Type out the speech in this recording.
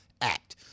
Act